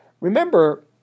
Remember